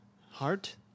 heart